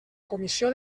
comissió